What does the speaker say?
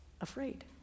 afraid